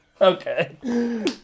Okay